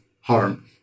harm